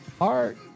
Art